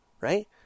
Right